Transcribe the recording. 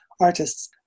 artists